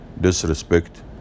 disrespect